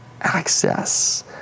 Access